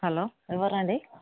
hello ఎవరండి